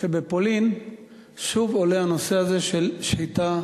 שבפולין שוב עולה הנושא הזה, של שחיטה